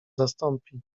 zastąpi